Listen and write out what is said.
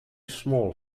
small